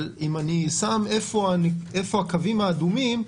אבל אם אני שם איפה הקווים האדומים,